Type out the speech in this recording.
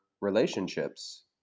relationships